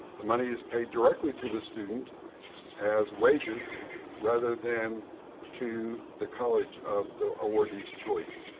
the money is paid directly to the student as wages rather than to the college of the awardee's choice.